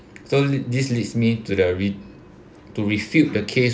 so le~ this leads me to the re~ to refute the case